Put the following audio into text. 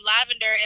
lavender